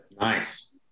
Nice